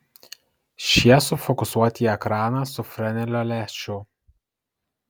šie sufokusuoti į ekraną su frenelio lęšiu